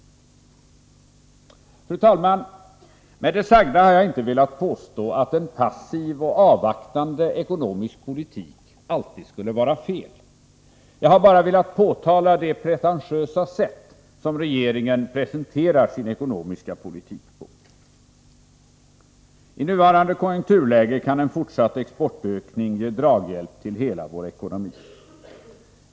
Fru talman! Med det sagda har jag inte velat påstå att en passiv och avvaktande ekonomisk politik alltid skulle vara fel. Jag har bara velat påtala det pretentiösa sätt som regeringen presenterar sin ekonomiska politik på. I nuvarande konjunkturläge kan en fortsatt exportökning ge draghjälp till hela vår ekonomi.